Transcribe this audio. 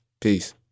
Peace